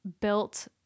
built